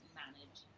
manage